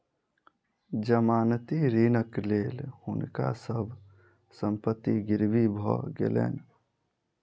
जमानती ऋणक लेल हुनका सभ संपत्ति गिरवी भ गेलैन